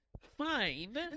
Fine